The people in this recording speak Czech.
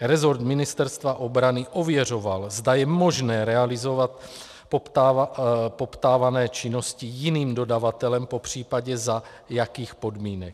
Resort Ministerstva obrany ověřoval, zda je možné realizovat poptávané činnosti jiným dodavatelem, popřípadě za jakých podmínek.